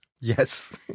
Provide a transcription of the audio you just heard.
Yes